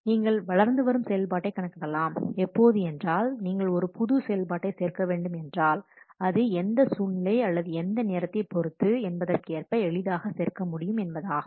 நீங்கள் வளர்ந்து வரும் செயல்பாட்டைக் கணக்கிடலாம் எப்போது என்றால் நீங்கள் ஒரு புது செயல்பாட்டை சேர்க்க வேண்டும் என்றாள் அது எந்த சூழ்நிலை அல்லது எந்த நேரத்தை பொருத்துஎன்பதற்கேற்ப எளிதாக சேர்க்க முடியும் என்பதாகும்